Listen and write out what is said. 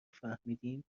فهمیدیم